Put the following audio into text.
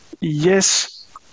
Yes